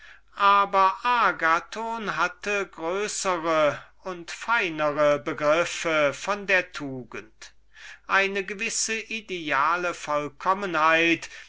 aber agathon hatte größere und feinere begriffe von der tugend die begriffe einer gewissen idealischen